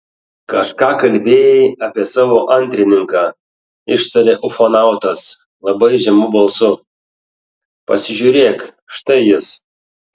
kažką kalbėjai apie savo antrininką ištarė ufonautas labai žemu balsu pasižiūrėk štai jis